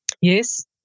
Yes